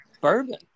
bourbon